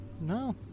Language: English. No